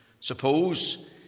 Suppose